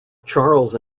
charles